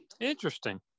interesting